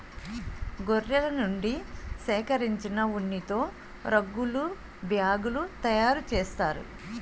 గొర్రెల నుండి సేకరించిన ఉన్నితో రగ్గులు బ్యాగులు తయారు చేస్తారు